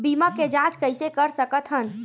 बीमा के जांच कइसे कर सकत हन?